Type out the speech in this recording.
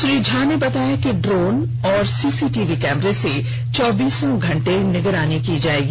श्री झा ने बताया कि ड्रोन और सीसीटीवी कैमरे से चौबीस घंटे निगरानी की जाएगी